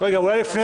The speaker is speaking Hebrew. תודה.